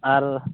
ᱟᱨ